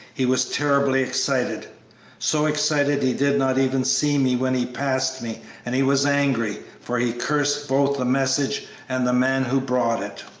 he was terribly excited so excited he did not even see me when he passed me and he was angry, for he cursed both the message and the man who brought it.